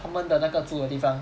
他们的那个住的地方